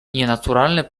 nienaturalne